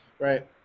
Right